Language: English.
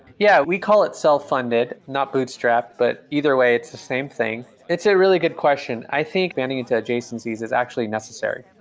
yeah. we call it self-funded, not bootstrapped. but either way, it's the same thing. it's a really good question. i think expanding into adjacencies is actually necessary.